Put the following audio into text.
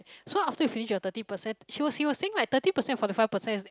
so after you finish your thirty percent she was he was saying like thirty percent forty five percent is